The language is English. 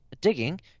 digging